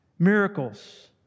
Miracles